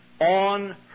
on